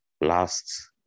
last